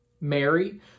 Mary